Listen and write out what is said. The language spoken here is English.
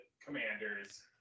Commanders